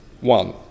One